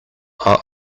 are